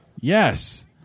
Yes